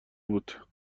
بود